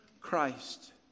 Christ